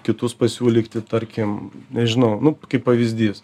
kitus pasiūlykti tarkim nežinau nu kaip pavyzdys